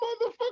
motherfucker